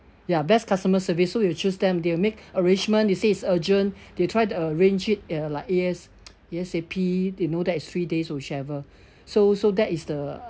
ya best customer service so we choose them they'll make arrangement you say it's urgent they tried to uh arrange it uh like A_S~ A_S_A_P they know that it's three days whichever so so that is the